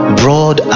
broad